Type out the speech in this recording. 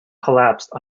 collapsed